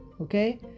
Okay